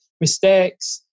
Mistakes